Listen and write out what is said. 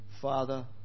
Father